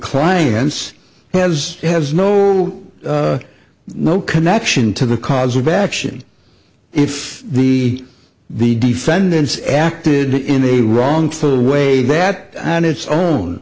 clients has has no no no connection to the cause of action if the the defendants acted in a wrongful way that on its own